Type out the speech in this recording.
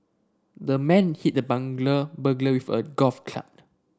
the man hit the burglar with a golf club